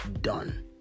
done